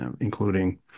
including